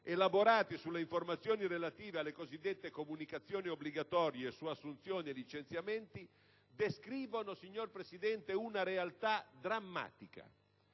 elaborati sulle informazioni relative alle cosiddette comunicazioni obbligatorie su assunzioni e licenziamenti, descrivono, signor Presidente, una realtà drammatica.